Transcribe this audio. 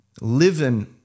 living